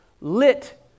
lit